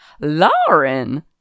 Lauren